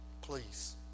Please